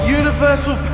universal